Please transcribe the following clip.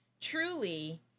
truly